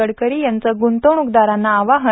गडकरी यांच ग्ंतवणूकदारांना आवाहन